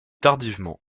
tardivement